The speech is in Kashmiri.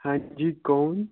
ہاں جی کون